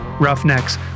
roughnecks